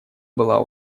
была